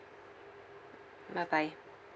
bye bye